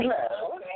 Hello